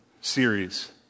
series